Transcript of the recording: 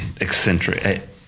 eccentric